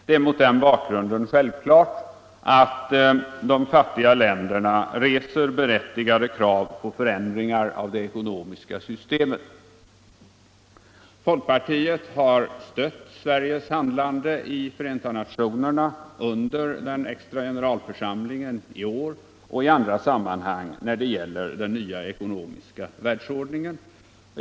Det är mot den bakgrunden självklart misk världsordning att de fattiga länderna reser berättigade krav på förändringar av det ekonomiska systemet. Folkpartiet har stött Sveriges handlande i Förenta nationerna under den extra generalförsamlingen i år och i andra sammanhang när det gäller den nya ekonomiska världsordningen.